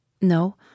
No